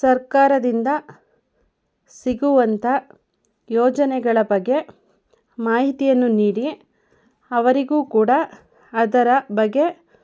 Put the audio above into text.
ಸರ್ಕಾರದಿಂದ ಸಿಗುವಂಥ ಯೋಜನೆಗಳ ಬಗ್ಗೆ ಮಾಹಿತಿಯನ್ನು ನೀಡಿ ಅವರಿಗೂ ಕೂಡ ಅದರ ಬಗ್ಗೆ